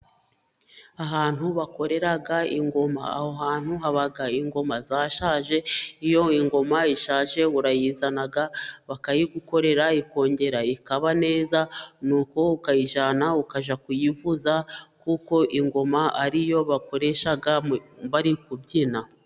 Ahantu bakorera ingoma, aho hantu haba ingoma zashaje, iyo ingoma ishaje urayizana bakayigukorera ikongera ikaba neza, nuko ukayijyana ukajya kuyivuza, kuko ingoma ariyo bakoresha bari kubyina.